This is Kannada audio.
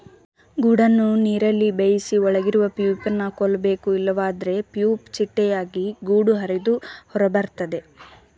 ಗೂಡನ್ನು ನೀರಲ್ಲಿ ಬೇಯಿಸಿ ಒಳಗಿರುವ ಪ್ಯೂಪನ ಕೊಲ್ಬೇಕು ಇಲ್ವಾದ್ರೆ ಪ್ಯೂಪ ಚಿಟ್ಟೆಯಾಗಿ ಗೂಡು ಹರಿದು ಹೊರಬರ್ತದೆ